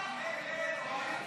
ההצעה